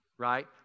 right